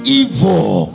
evil